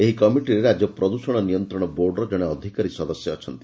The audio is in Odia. ଏହି କମିଟିରେ ରାଜ୍ୟ ପ୍ରଦୃଷ୍ଷଣ ନିୟନ୍ତଶ ବୋର୍ଡର ଜଣେ ଅଧିକାରୀ ସଦସ୍ୟ ଅଛନ୍ତି